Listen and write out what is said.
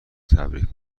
تبریک